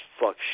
fuck